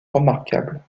remarquable